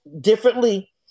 differently